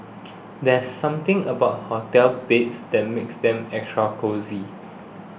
there's something about hotel beds that makes them extra cosy